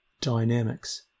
dynamics